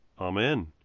Amen